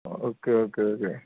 okay okay okay